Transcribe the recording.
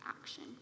action